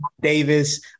Davis